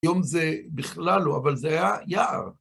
היום זה בכלל לא, אבל זה היה יער.